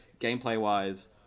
gameplay-wise